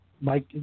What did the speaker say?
Mike